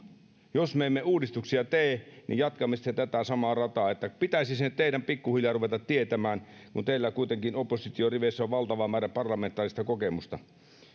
jos me emme uudistuksia tee niin jatkamme tätä samaa rataa pitäisi se teidän pikkuhiljaa ruveta tietämään kun teillä kuitenkin oppositioriveissä on valtava määrä parlamentaarista kokemusta